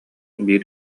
биир